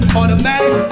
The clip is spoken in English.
automatic